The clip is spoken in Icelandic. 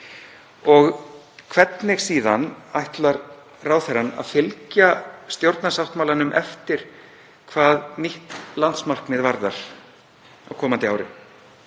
Hvernig ætlar ráðherrann að fylgja stjórnarsáttmálanum eftir hvað nýtt landsmarkmið varðar á komandi ári?